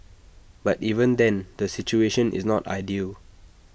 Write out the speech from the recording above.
but even then the situation is not ideal